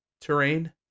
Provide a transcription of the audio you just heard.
terrain